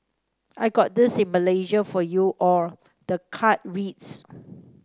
I got this in Malaysia for you all the card reads